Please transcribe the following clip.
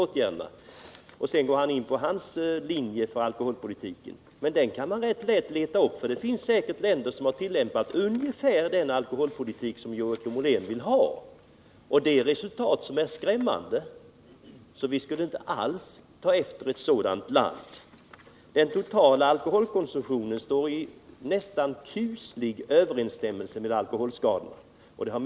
Därefter redovisade han den linje han företrädde i alkoholpolitiken. Jag vill dock säga att man nog ganska lätt kan finna länder som har tillämpat ungefär den alkoholpolitik som Joakim Ollén vill ha, och resultaten av den har varit skrämmande. Vi bör följaktligen inte alls ta efter dessa länder. Den totala alkoholkonsumtionen står i nästan kuslig överensstämmelse med frekvensen av alkoholskador.